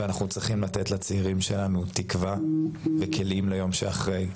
אנחנו צריכים לתת לצעירים שלנו תקווה וכלים ליום שאחרי,